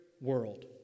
world